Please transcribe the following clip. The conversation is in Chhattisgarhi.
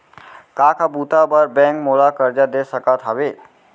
का का बुता बर बैंक मोला करजा दे सकत हवे?